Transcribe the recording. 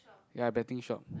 ya betting shop